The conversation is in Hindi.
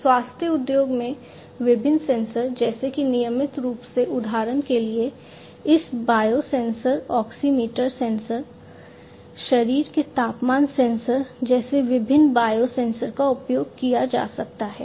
स्वास्थ्य उद्योग में विभिन्न सेंसर जैसे कि नियमित रूप से उदाहरण के लिए इस बायोसेंसर ऑक्सीमीटर सेंसर शरीर के तापमान सेंसर जैसे विभिन्न बायोसेंसर का उपयोग किया जा सकता है